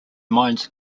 mines